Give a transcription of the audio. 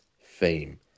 fame